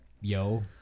yo